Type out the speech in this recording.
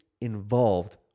involved